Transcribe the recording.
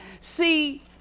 See